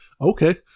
Okay